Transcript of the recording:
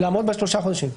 לעמוד ב-3 חודשים.